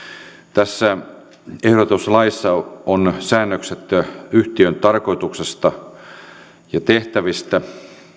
tässä ehdotetussa laissa on säännökset yhtiön tarkoituksesta ja tehtävistä